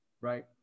Right